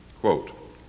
quote